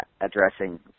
addressing